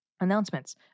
Announcements